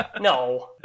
No